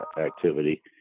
activity